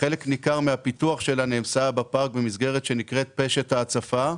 וחלק ניכר מהפיתוח שלה נעשה בפארק במסגרת שנקראת "פשט ההצפה",